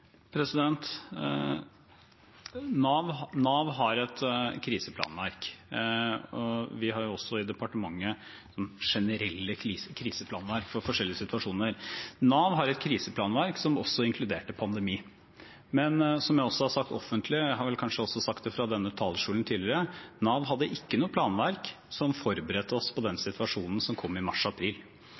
Nav har et kriseplanverk, og vi har også i departementet generelle kriseplanverk for forskjellige situasjoner. Nav har et kriseplanverk som også inkluderer pandemi. Men som jeg har sagt offentlig – jeg har kanskje også sagt det fra denne talerstolen tidligere: Nav hadde ikke noe planverk som forberedte oss på den situasjonen som kom i